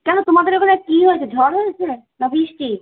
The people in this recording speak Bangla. কেন তোমাদের ওখানে কী হয়েছে ঝড় হয়েছে না বৃষ্টি